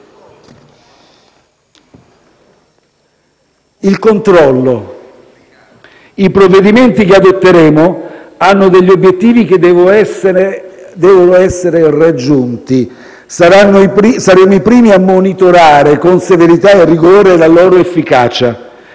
il controllo: i provvedimenti che adotteremo hanno obiettivi che devono essere raggiunti; saremo i primi a monitorare, con severità e rigore, la loro efficacia,